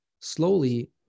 slowly